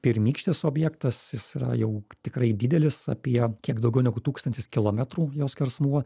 pirmykštis objektas jis yra jau tikrai didelis apie kiek daugiau negu tūkstantis kilometrų jo skersmuo